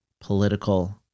political